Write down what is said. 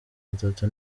atatu